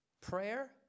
Prayer